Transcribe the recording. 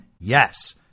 Yes